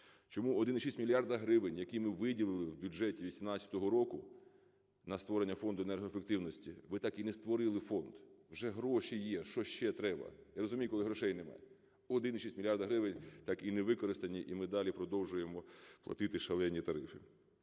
Чому 1,6 мільярда гривень, які ми виділили в бюджеті 18-го року на створення Фонду енергоефективності, ви так і не створили фонд? Вже гроші є, що ще треба? Я розумію, коли грошей немає, 1,6 мільярда гривень так і не використані, і ми далі продовжуємо платити шалені тарифи.